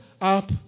up